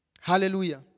Hallelujah